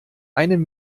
einem